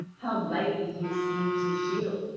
how lightly he esteems his shield,